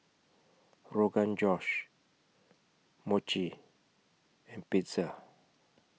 Rogan Josh Mochi and Pizza